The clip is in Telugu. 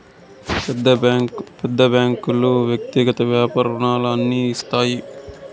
పెద్ద బ్యాంకులు వ్యక్తిగత వ్యాపార రుణాలు అన్ని ఇస్తాయి